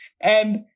and-